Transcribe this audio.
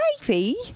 baby